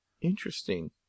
Interesting